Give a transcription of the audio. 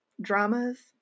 dramas